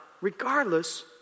regardless